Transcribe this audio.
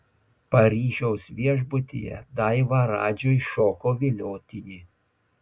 paryžiaus viešbutyje daiva radžiui šoko viliotinį